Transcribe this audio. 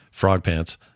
frogpants